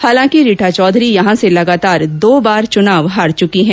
हालांकि रीटा चौधरी यहां से लगातार दो चुनाव हार चुकी है